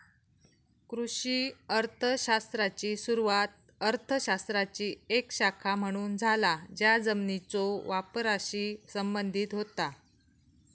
कृषी अर्थ शास्त्राची सुरुवात अर्थ शास्त्राची एक शाखा म्हणून झाला ज्या जमिनीच्यो वापराशी संबंधित होता